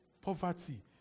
poverty